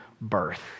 birth